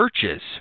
churches